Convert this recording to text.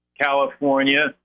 California